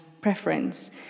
preference